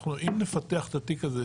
אם נפתח את התיק הזה,